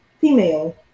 female